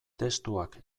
testuak